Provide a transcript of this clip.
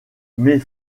met